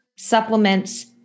supplements